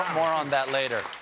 more on that later.